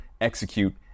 execute